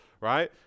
right